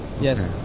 yes